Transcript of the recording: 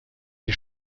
die